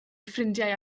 ffrindiau